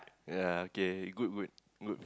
ah okay good good good